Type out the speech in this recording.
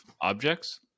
objects